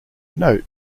note